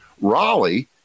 Raleigh